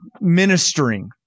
ministering